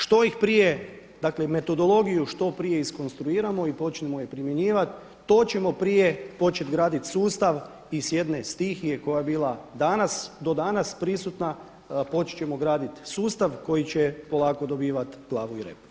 Što ih prije, dakle metodologiju što prije iskonstruiramo i počnemo je primjenjivati to ćemo prije početi graditi sustav i s jedne stihije koja je bila do danas prisutna, počet ćemo graditi sustav koji će polako dobivati glavu i rep.